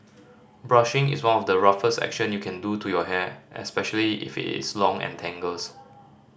brushing is one of the roughest action you can do to your hair especially if it is long and tangles